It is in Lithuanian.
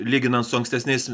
lyginant su ankstesniais